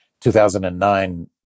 2009